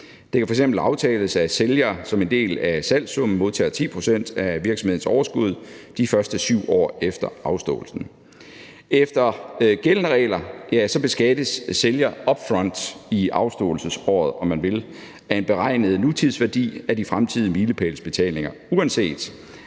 Det kan f.eks. aftales, at sælger som en del af salgssummen modtager 10 pct. af virksomhedens overskud de første 7 år efter afståelsen. Efter gældende regler beskattes sælger up front i afståelsesåret, om man vil, af en beregnet nutidsværdi af de fremtidige milepælsbetalinger, uanset